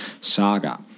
saga